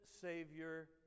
Savior